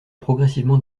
progressivement